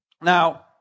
Now